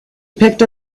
picked